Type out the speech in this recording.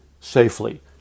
safely